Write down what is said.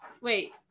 Wait